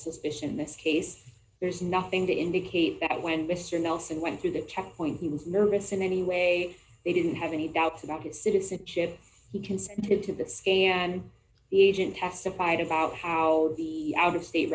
suspicion in this case there's nothing to indicate that when mr nelson went through the checkpoint he was nervous in any way he didn't have any doubts about his citizenship he consented to the scan the agent testified about how the out of state